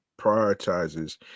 prioritizes